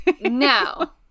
Now